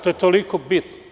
To je toliko bitno.